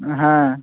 হ্যাঁ